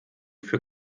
für